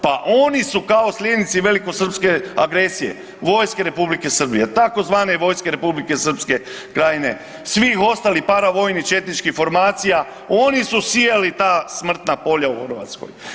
Pa oni su kao slijednici velikosrpske agresije vojske Republike Srbije, tzv. vojske Republike Srpske Krajine svih ostalih paravojnih četničkih formacija, oni su sijali ta smrtna polja u Hrvatskoj.